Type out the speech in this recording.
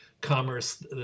commerce